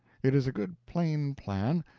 it is a good plain plan,